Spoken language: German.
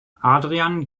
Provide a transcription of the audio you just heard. adrian